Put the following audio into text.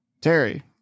Terry